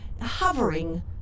hovering